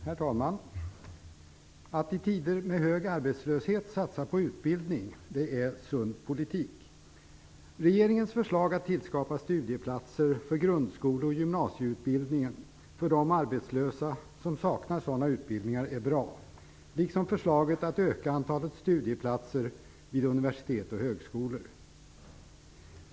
Herr talman! Att i tider med hög arbetslöshet satsa på utbildning är sund politik. Regeringens förslag att tillskapa studieplatser för grundskole och gymnasieutbildningen för de arbetslösa som saknar sådana utbildningar är bra, liksom förslaget att öka antalet studieplatser vid universitet och högskolor.